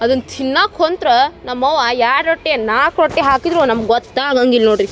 ಅದನ್ನು ತಿನ್ನಕ್ಕೆ ಕುಂತ್ರೆ ನಮ್ಮ ಅವ್ವ ಎರಡು ರೊಟ್ಟಿ ಏನು ನಾಲ್ಕು ರೊಟ್ಟಿ ಹಾಕಿದ್ರೂ ನಮ್ಗೆ ಗೊತ್ತಾಗಂಗಿಲ್ಲ ನೋಡಿರಿ